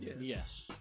Yes